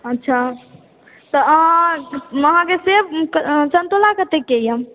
अच्छा तऽ अहाँके सेब सन्तोला कतेकके यऽ